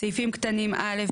סעיפים קטנים (א),